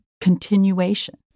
continuation